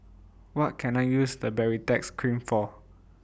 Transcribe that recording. What Can I use The Baritex Cream For